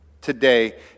today